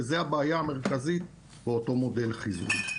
וזו הבעיה המרכזית באותו מודל חיזוי.